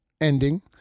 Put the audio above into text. ending